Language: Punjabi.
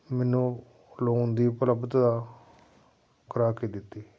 ਮੈਨੂੰ ਲੋਨ ਦੀ ਉਪਲੱਬਧਤਾ ਕਰਾ ਕੇ ਦਿੱਤੀ